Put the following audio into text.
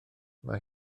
mae